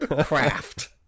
Craft